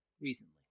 Recently